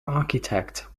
architect